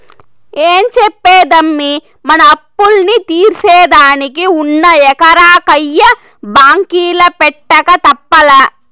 ఏం చెప్పేదమ్మీ, మన అప్పుల్ని తీర్సేదానికి ఉన్న ఎకరా కయ్య బాంకీల పెట్టక తప్పలా